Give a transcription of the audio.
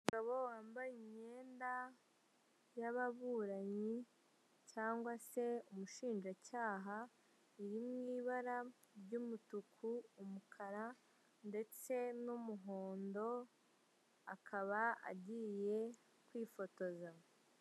Umugabo wambaye imyenda y'ababuranyi cyangwa se umushinjacyaha iri mu ibara ry'umutuku, umukara ndetse n'umuhondo akaba agiye kwifotoza.